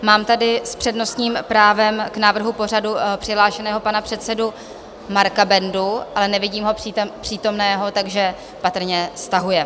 Mám tady s přednostním právem k návrhu pořadu přihlášeného pana předsedu Marka Bendu, ale nevidím ho přítomného, takže patrně stahuje.